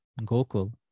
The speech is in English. Gokul